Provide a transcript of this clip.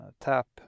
tap